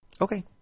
Okay